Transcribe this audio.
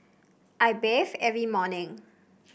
I bathe every morning